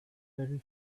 very